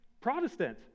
Protestant